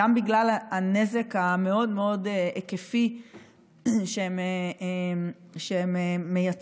גם בגלל הנזק המאוד-מאוד היקפי שהן מייצרות,